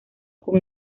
con